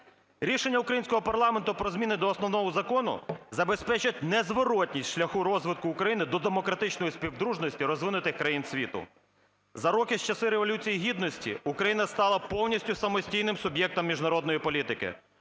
Рішення українського парламенту про зміни до Основного закону забезпечать незворотність шляху розвитку України до демократичної співдружності розвинутих країн світу. За роки з часів Революції Гідності Україна стала повністю самостійним суб'єктом міжнародної політики.